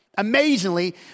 Amazingly